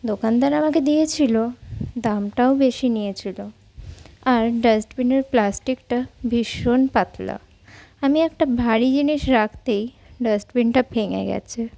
দোকানদার আমাকে দিয়েছিল দামটাও বেশি নিয়েছিল আর ডাস্টবিনের প্লাস্টিকটা ভীষণ পাতলা আমি একটা ভারী জিনিস রাখতেই ডাস্টবিনটা ভেঙে গিয়েছে